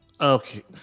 Okay